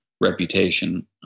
reputation